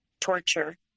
torture